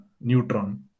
Neutron